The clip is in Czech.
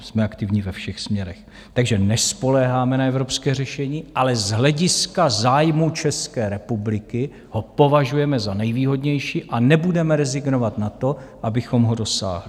Jsme aktivní ve všech směrech, takže nespoléháme na evropské řešení, ale z hlediska zájmu České republiky ho považujeme za nejvýhodnější a nebudeme rezignovat na to, abychom ho dosáhli.